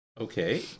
Okay